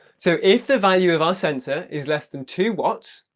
so if the value of our sensor is less than two watts